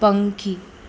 પંખી